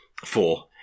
Four